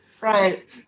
Right